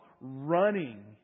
running